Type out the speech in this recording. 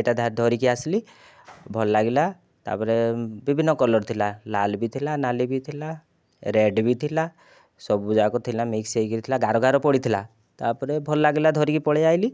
ଏଇଟା ଧରିକି ଆସିଲି ଭଲ ଲାଗିଲା ତାପରେ ବିଭିନ୍ନ କଲର ଥିଲା ଲାଲ ବି ଥିଲା ନାଲି ବି ଥିଲା ରେଡ ବି ଥିଲା ସବୁଯାକ ଥିଲା ମିକ୍ସ ହେଇକି ଥିଲା ଗାର ଗାର ପଡ଼ିଥିଲା ତାପରେ ଭଲ ଲାଗିଲା ଧରିକି ପଳାଇଆସିଲି